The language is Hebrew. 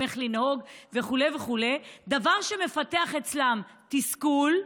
איך לנהוג וכו' וכו' דבר שמפתח אצלם תסכול,